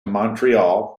montreal